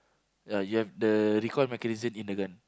ya you have the recall mechanism in the gun